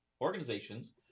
Organizations